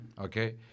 Okay